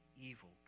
evil